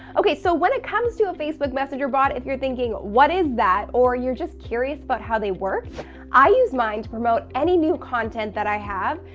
okay so when it comes to a facebook messenger bot if you're thinking, what is that? or you're just curious about but how they work i use mine to promote any new content that i have,